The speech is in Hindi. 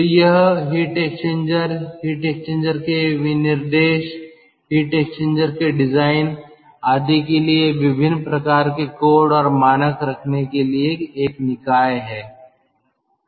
तो यह हीट एक्सचेंजर हीट एक्सचेंजर के विनिर्देश हीट एक्सचेंजर के डिजाइन आदि के लिए विभिन्न प्रकार के कोड और मानक रखने के लिए एक निकाय है